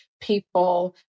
people